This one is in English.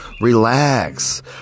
relax